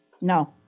No